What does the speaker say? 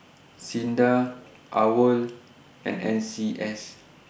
SINDA AWOL and N C S